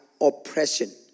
oppression